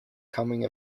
coming